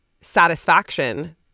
satisfaction